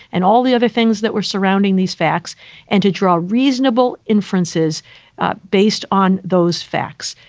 and all the other things that were surrounding these facts and to draw reasonable inferences based on those facts.